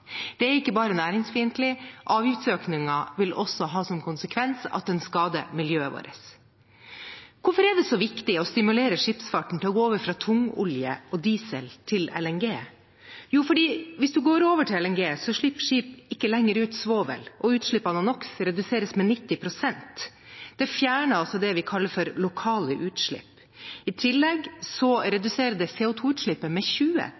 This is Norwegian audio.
Det er ikke bare næringsfiendtlig, avgiftsøkningen vil også ha som konsekvens at den skader miljøet vårt. Hvorfor er det så viktig å stimulere skipsfarten til å gå over fra tungolje og diesel til LNG? Jo, for hvis man går over til LNG, slipper skip ikke lenger ut svovel, og utslippene av NO x reduseres med 90 pst. Det fjerner altså det vi kaller for lokale utslipp. I tillegg reduserer det CO 2 -utslippet med 20